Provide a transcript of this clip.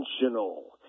intentional